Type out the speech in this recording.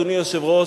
אדוני היושב-ראש,